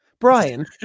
Brian